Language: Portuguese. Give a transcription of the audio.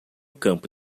campo